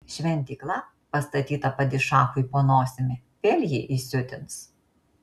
šventykla pastatyta padišachui po nosimi vėl jį įsiutins